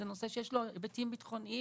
זה נושא שיש לו היבטים ביטחוניים